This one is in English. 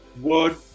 word